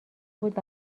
بود